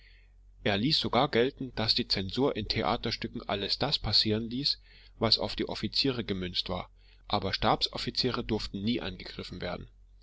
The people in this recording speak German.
er ließ sogar gelten daß die zensur in theaterstücken alles das passieren ließ was auf die offiziere gemünzt war aber stabsoffiziere durften nie angegriffen werden